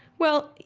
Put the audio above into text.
well,